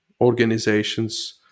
organizations